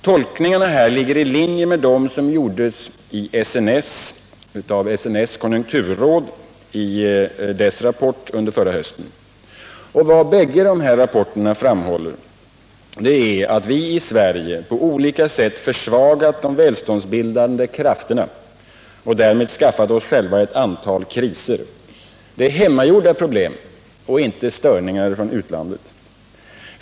Tolkningarna ligger i linje med dem som gjordes av SNS konjunkturråd i dess höstrapport. I bägge dessa rapporter framhålls att vi i Sverige på olika sätt försvagat de välståndsbildande krafterna och därmed skaffat oss själva ett antal kriser. Det är hemmagjorda problem och inte störningar från utlandet.